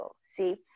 see